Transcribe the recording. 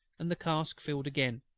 and the cask filled again,